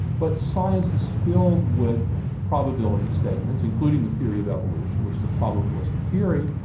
but science is filled with probability statements, including the theory of evolution, which is a probabilistic theory.